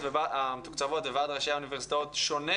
המתוקצבות וועד ראשי האוניברסיטאות שונה